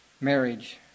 marriage